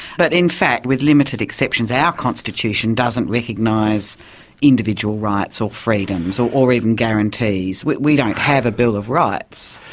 but in fact with limited exceptions, our constitution doesn't recognise individual rights or freedoms so or even guarantees. we don't have a bill of rights.